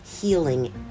healing